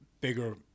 bigger